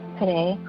today